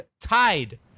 tied